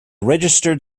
registered